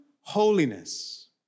holiness